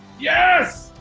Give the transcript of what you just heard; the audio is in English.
yes!